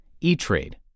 E-Trade